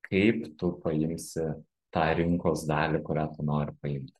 kaip tu paimsi tą rinkos dalį kurią tu nori priimti